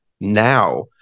now